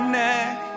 neck